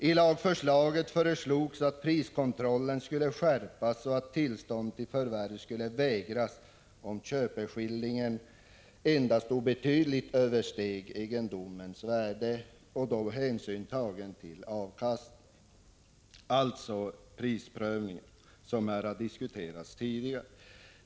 I lagförslaget föreslogs att priskontrollen skulle skärpas och att tillstånd till förvärv skulle vägras om köpeskillingen inte endast obetydligt översteg egendomens värde, med hänsyn tagen till bl.a. dess avkastning — alltså prisprövning, som här har diskuterats tidigare.